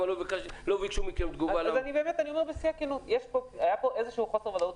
אני אומר בשיא הכנות, הייתה פה איזושה חוסר ודאות.